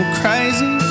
crazy